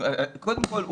קודם כל,